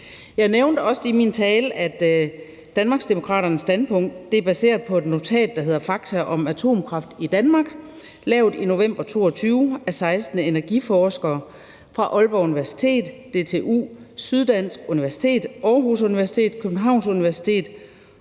Jeg nævnte også i min tale, at Danmarksdemokraternes standpunkt er baseret på et notat, der hedder »Fakta om Atomkraft i Danmark«, lavet i november 2022 af 16 energiforskere fra Aalborg Universitet, DTU, Syddansk Universitet, Aarhus Universitet og Københavns Universitet